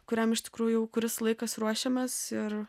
kuriam iš tikrųjų jau kuris laikas ruošiamės ir